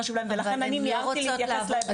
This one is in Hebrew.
ולכן אני מיהרתי להתייחס לזה גם קודם.